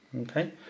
Okay